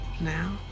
now